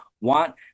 want